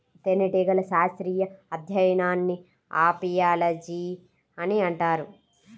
తేనెటీగల శాస్త్రీయ అధ్యయనాన్ని అపియాలజీ అని అంటారు